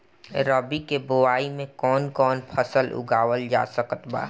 रबी के बोआई मे कौन कौन फसल उगावल जा सकत बा?